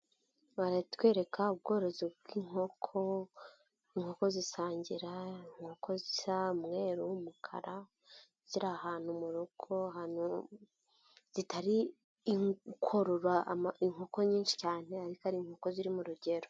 Baratwereka ubworozi bw'inkoko, inkoko zisangira, inkoko zisa umweru n'umukara ziri ahantu mu rugo ubona ko zitari korora inkoko nyinshi cyane ariko ari inkoko ziri mu rugero.